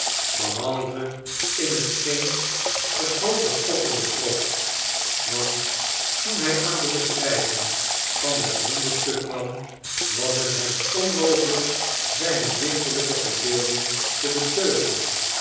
behalve in hetgeen den grooten koffer betrof want toen hij aan de beschijving van dat wonderstuk kwam was het hem onmogelijk zijne dichterlijke verbeelding te beteugelen